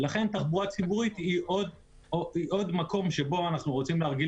תחבורה ציבורית היא עוד מקום שבו אנחנו רוצים להרגיל